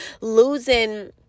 losing